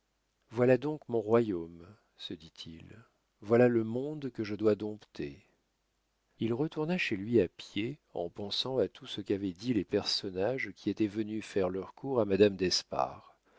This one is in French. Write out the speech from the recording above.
voilà donc mon royaume se dit-il voilà le monde que je dois dompter il retourna chez lui à pied en pensant à tout ce qu'avaient dit les personnages qui étaient venus faire leur cour à madame d'espard